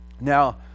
Now